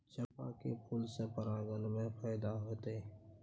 चंपा के फूल में परागण से फायदा होतय?